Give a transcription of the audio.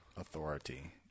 authority